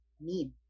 need